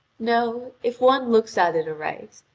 no, if one looks at it aright.